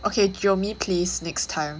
okay jio me please next time